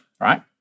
right